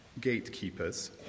gatekeepers